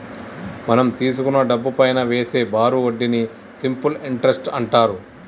మనం తీసుకున్న డబ్బుపైనా వేసే బారు వడ్డీని సింపుల్ ఇంటరెస్ట్ అంటారు